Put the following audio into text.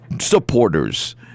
supporters